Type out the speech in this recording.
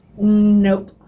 Nope